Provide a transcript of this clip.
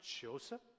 Joseph